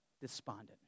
despondent